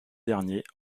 derniers